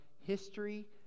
history